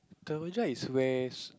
so which one is west